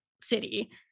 city